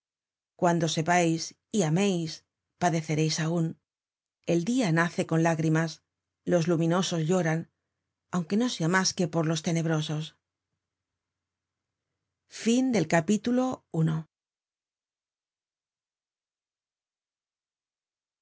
cuando sepais y ameis padecereis aun el dia nace con lágrimas los luminosos lloran aunque no sea mas que por los tenebrosos